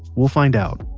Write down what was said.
we'll find out,